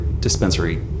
dispensary